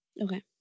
Okay